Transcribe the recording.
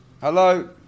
Hello